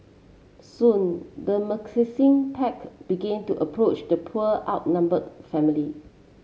soon the pack began to approach the poor outnumbered family